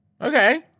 Okay